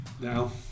Now